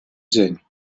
dzień